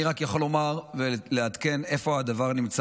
אני רק יכול לומר ולעדכן איפה הדבר נמצא